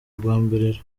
rwambariro